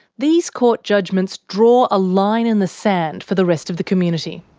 these court judgments draw a line in the sand for the rest of the community.